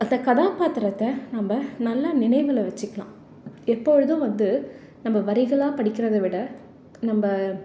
அந்த கதாபாத்திரத்தை நம்ம நல்லா நினைவில் வச்சுக்கலாம் எப்பொழுதும் வந்து நம்ம வரிகளாக படிக்கிறதை விட நம்ம